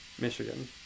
Michigan